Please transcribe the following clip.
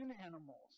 animals